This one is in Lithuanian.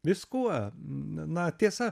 viskuo na tiesa